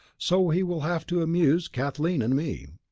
so he will have to amuse kathleen and me.